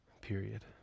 Period